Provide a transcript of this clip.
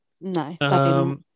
No